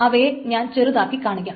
അവയെ ഞാൻ ചെറുതാക്കി കാണിക്കാം